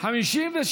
נתקבלו.